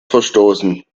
verstoßen